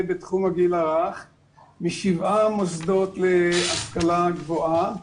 בתחום הגיל הרך משבעה מוסדות להשכלה גבוהה.